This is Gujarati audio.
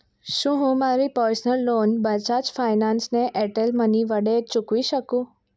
શું હું મારી પર્સનલ લોન બજાજ ફાયનાન્સને એરટેલ મની વડે ચૂકવી શકું